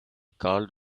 called